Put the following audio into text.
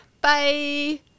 bye